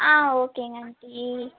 ஆ ஓகேங்க ஆண்ட்டி